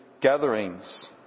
gatherings